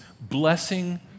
blessing